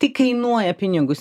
tai kainuoja pinigus